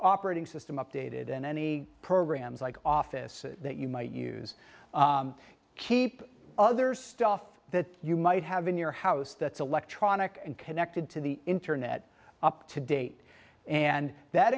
operating system updated and any programs like office that you might use keep other stuff that you might have in your house that's electronic and connected to the internet up to date and that